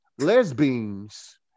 Lesbians